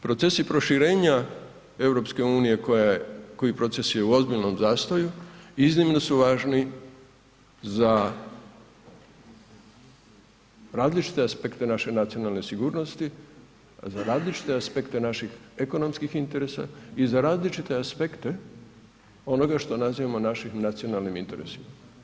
Procesi proširenja EU koja je, koji proces je u ozbiljnom zastoju iznimno su važni za različite aspekte naše nacionalne sigurnosti, a za različite aspekte naših ekonomskih interesa i za različite aspekte onoga što nazivamo našim nacionalnim interesima.